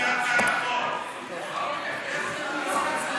אדוני היושב-ראש,